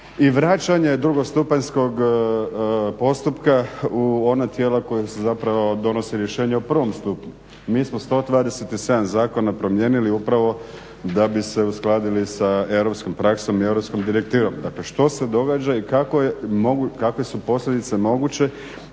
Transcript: i vraćanje drugostupanjskog postupka u ona tijela kojima se zapravo donose rješenja u prvom stupnju. Mi smo 127 zakona promijenili upravo da bi se uskladili sa europskom praksom i europskom direktivom. Dakle, što se događa i kakve su posljedice moguće